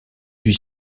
huit